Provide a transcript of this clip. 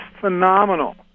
phenomenal